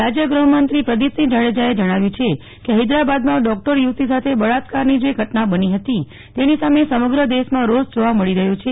રાજ્ય ગ્રહમંત્રી શ્રી પ્રદિપસિંહ જાડેજાએ જણાવ્યું છે કે હેદરાબાદમાં ડોકટર યુવતી સાથે બળાત્કારની જે ઘટના બની હતી તેની સામે સમગ્ર દેશમાં રોષ જોવા મળી રહ્યો છે